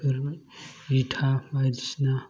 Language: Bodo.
बेफोर इथा बायदिसिना